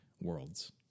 worlds